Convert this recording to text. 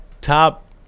Top